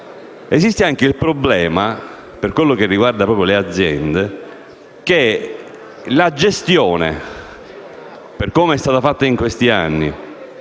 esiste anche il problema, per quanto riguarda le aziende, che la gestione, per come è stata condotta in questi anni,